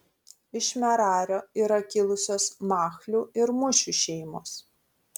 iš merario yra kilusios machlių ir mušių šeimos